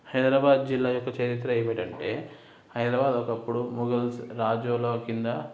హైదరాబాద్ జిల్లా యొక్క చరిత్ర ఏమిటంటే హైదరాబాద్ ఒకప్పుడు మొగల్స్ రాజుల క్రింద